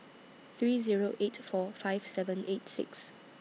three Zero eight four five seven eight six